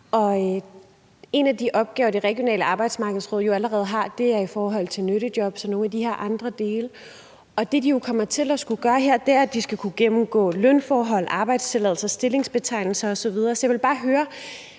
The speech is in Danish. en af de opgaver, det regionale arbejdsmarkedsråd allerede har, er i forhold til nyttejobs og nogle af de her andre dele. Og det, de jo kommer til at skulle gøre her, er, at de skal kunne gennemgå lønforhold, arbejdstilladelser, stillingsbetegnelser osv. Så jeg vil bare høre,